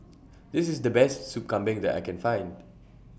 This IS The Best Sup Kambing that I Can Find